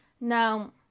Now